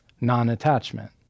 non-attachment